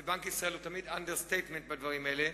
כי בנק ישראל נוקט תמיד אנדרסטייטמנט בדברים האלה,